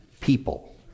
people